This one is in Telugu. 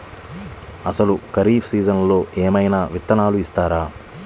అసలు ఖరీఫ్ సీజన్లో ఏమయినా విత్తనాలు ఇస్తారా?